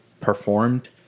performed